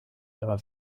ihrer